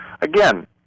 Again